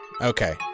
Okay